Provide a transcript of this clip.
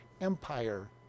empire